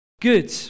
Good